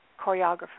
choreographer